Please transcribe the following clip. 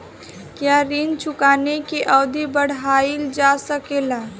क्या ऋण चुकाने की अवधि बढ़ाईल जा सकेला?